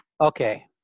okay